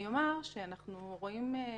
אני אומר שאנחנו רואים בזה